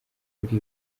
muri